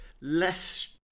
less